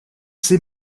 sie